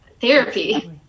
therapy